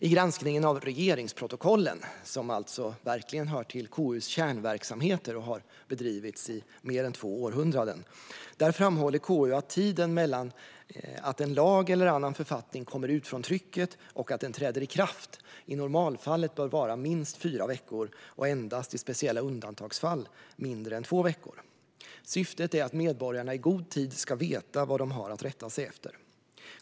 I granskningen av regeringsprotokollen, som alltså verkligen hör till KU:s kärnverksamheter och som har bedrivits i mer än två århundraden, framhåller KU att tiden mellan att en lag eller annan författning kommer ut från trycket och att den träder i kraft i normalfallet bör vara minst fyra veckor och endast i speciella undantagsfall kortare än två veckor. Syftet är att medborgarna i god tid ska veta vad de har att rätta sig efter.